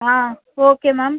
ah okay ma'am